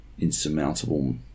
insurmountable